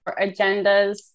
agendas